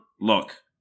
look